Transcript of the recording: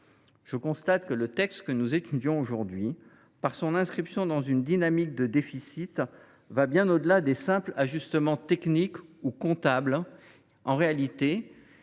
Je constate que le texte que nous étudions aujourd’hui, au travers de son inscription dans une dynamique de déficits, va bien au delà des simples ajustements techniques ou comptables.